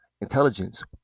intelligence